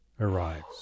arrives